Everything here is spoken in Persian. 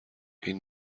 این